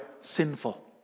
sinful